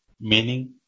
meaning